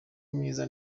myiza